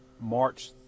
March